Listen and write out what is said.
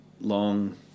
long